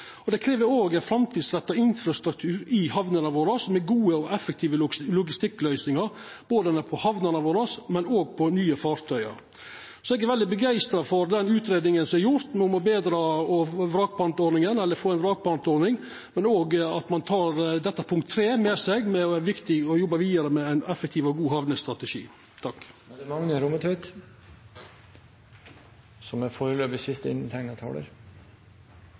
Det krev òg ein framtidsretta infrastruktur i hamnene våre og gode og effektive logistikkløysingar både i hamnene våre og på nye fartøy. Eg er veldig begeistra for den utgreiinga som er gjord om å få ei vrakpantordning, men eg ønskjer òg at ein tek med seg at det er viktig å jobba vidare med ein effektiv og god hamnestrategi. Då eg høyrde på statsråden, skulle ein nesten tru det var ei sak som